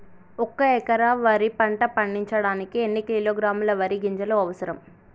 ఒక్క ఎకరా వరి పంట పండించడానికి ఎన్ని కిలోగ్రాముల వరి గింజలు అవసరం?